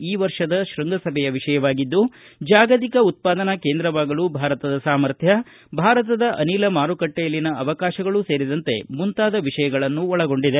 ಈ ವರ್ಷದ ಶೃಂಗಸಭೆಯ ವಿಷಯವಾಗಿದ್ದು ಜಾಗತಿಕ ಉತ್ಪಾದನಾ ಕೇಂದ್ರವಾಗಲು ಭಾರತದ ಸಾಮರ್ಥ್ಯ ಭಾರತದ ಅನಿಲ ಮಾರುಕಟ್ಟೆಯಲ್ಲಿನ ಅವಕಾಶಗಳು ಮುಂತಾದ ವಿಷಯಗಳನ್ನು ಒಳಗೊಂಡಿದೆ